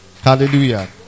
Hallelujah